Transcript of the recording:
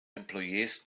employees